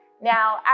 Now